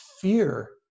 fear